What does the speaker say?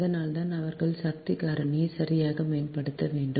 அதனால்தான் அவர்கள் சக்தி காரணியை சரியாக மேம்படுத்த வேண்டும்